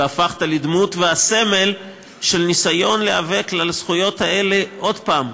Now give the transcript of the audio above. והפכת לדמות ולסמל של ניסיון להיאבק על הזכויות האלה עוד פעם,